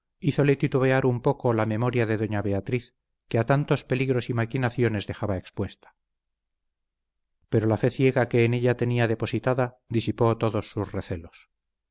camino hízole titubear un poco la memoria de doña beatriz que a tantos peligros y maquinaciones dejaba expuesta pero la fe ciega que en ella tenía depositada disipó todos sus recelos